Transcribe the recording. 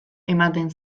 ematen